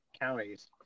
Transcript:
counties